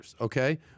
Okay